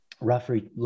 roughly